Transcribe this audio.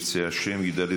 אם ירצה השם,